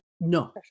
No